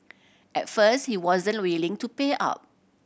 at first he wasn't willing to pay out